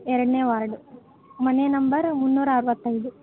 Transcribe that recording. ಎರಡನೇ ವಾರ್ಡು ಮನೆ ನಂಬರ್ ಮುನ್ನೂರ ಅರವತ್ತೈದು